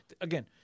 again